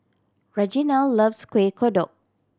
Reginal loves Kueh Kodok